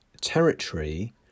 territory